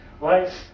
life